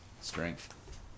strength